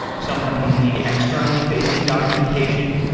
some companies need externally-facing documentation.